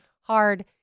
hard